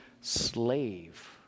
slave